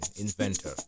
Inventor